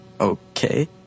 okay